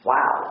Wow